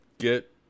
get